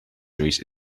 trees